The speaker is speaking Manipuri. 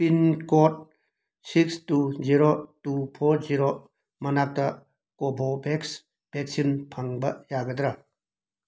pin code six two zero two four zero ꯃꯅꯥꯛꯇ ꯀꯣꯕꯣꯚꯦꯛꯁ ꯕꯦꯛꯁꯤꯟ ꯐꯪꯕ ꯌꯥꯒꯗ꯭ꯔ